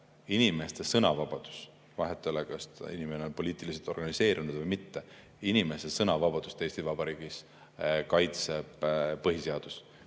inimeste sõnavabadus – vahet pole, kas inimene on poliitiliselt organiseerunud või mitte, inimese sõnavabadust Eesti Vabariigis kaitseb põhiseadus.